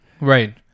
Right